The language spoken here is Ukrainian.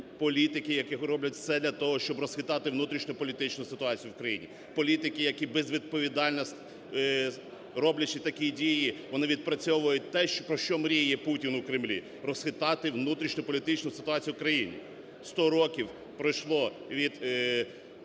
політики, які роблять все для того, щоб розхитати внутрішньополітичну ситуацію в Україні. Політики, які безвідповідально, роблячи такі дії, вони відпрацьовують те, про що мріє Путін у Кремлі: розхитати внутрішньополітичну ситуацію в Україні. 100 років пройшло від